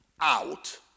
out